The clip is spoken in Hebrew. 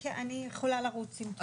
כן, אני יכולה לרוץ אם תרצי.